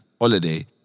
holiday